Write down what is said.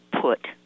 put